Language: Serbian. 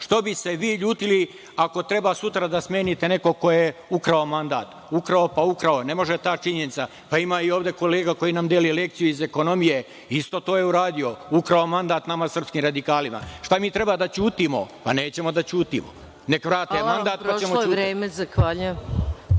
Što bi se vi ljutili ako treba sutra da smenite nekog ko je ukrao mandat. Ukrao, pa ukrao, ne može ta činjenica, pa ima i ovde kolega koji nam dele lekciju iz ekonomije, isto to je uradio, ukrao mandat nama srpskim radikalima. Šta mi treba da ćutimo? Pa nećemo da ćutimo. Neka vrate mandat, pa ćemo ćutati.